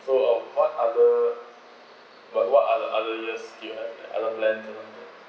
so uh what are the but what are the other years do you have like other plan